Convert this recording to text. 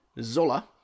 Zola